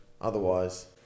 otherwise